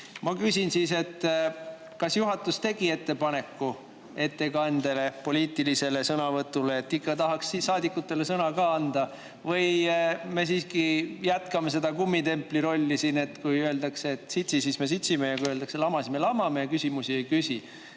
Ma küsin siis, kas juhatus tegi ettepaneku, et pärast ettekannet, poliitilist sõnavõttu saaks ikka ka saadikutele sõna anda, või me siiski jätkame seda kummitempli rolli siin, et kui öeldakse, et sitsi, siis me sitsime, ja kui öeldakse, et lama, siis me lamame ja küsimusi ei küsi.